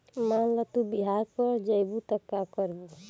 मान ल तू बिहार पड़ जइबू त का करबू